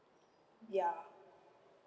ya